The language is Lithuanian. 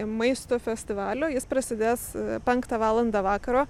maisto festivalio jis prasidės penktą valandą vakaro